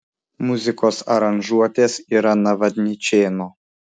muzikos aranžuotės yra navadničėno